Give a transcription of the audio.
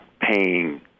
paying